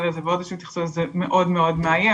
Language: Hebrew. לזה ועוד אנשים התייחסו לזה - מאוד-מאוד מאיים.